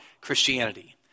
Christianity